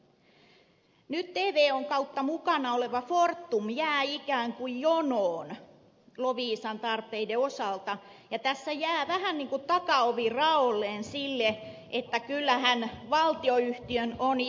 nyt tvon kautta mukana oleva fortum jää ikään kuin jonoon loviisan tarpeiden osalta ja tässä jää vähän niin kuin takaovi raolleen sille että kyllähän valtionyhtiön on jatkossa saatava